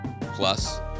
Plus